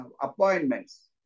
appointments